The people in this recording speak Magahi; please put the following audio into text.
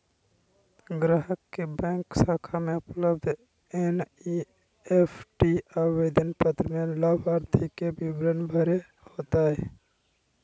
ग्राहक के बैंक शाखा में उपलब्ध एन.ई.एफ.टी आवेदन पत्र में लाभार्थी के विवरण भरे होतय